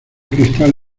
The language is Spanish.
cristal